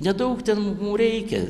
nedaug ten reikia